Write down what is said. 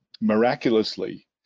miraculously